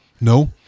No